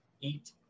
eat